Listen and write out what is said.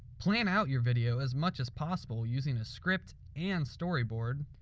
plan out your video as much as possible using a script and storyboard.